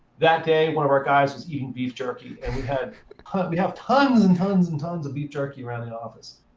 that day, one of our guys was eating beef jerky. and we have we have tons, and tons, and tons of beef jerky around the office.